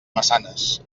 maçanes